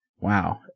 Wow